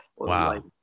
Wow